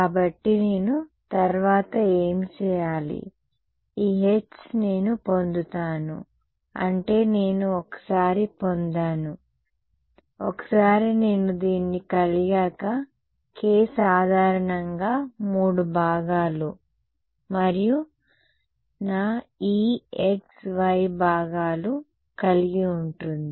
కాబట్టి నేను తర్వాత ఏమి చేయాలి ఈ H నేను పొందుతాను అంటే నేను ఒకసారి పొందాను ఒకసారి నేను దీన్ని కలిగాక k సాధారణంగా 3 భాగాలు మరియు నా E x y భాగాలు కలిగి ఉంటుంది